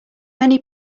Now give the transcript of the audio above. many